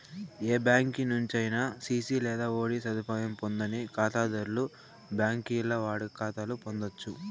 ఏ బ్యాంకి నుంచైనా సిసి లేదా ఓడీ సదుపాయం పొందని కాతాధర్లు బాంకీల్ల వాడుక కాతాలు పొందచ్చు